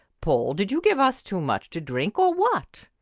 paul, did you give us too much to drink, or what?